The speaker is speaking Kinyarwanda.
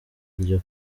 iryo